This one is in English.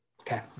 okay